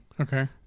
Okay